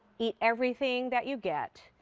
eat everything that you get.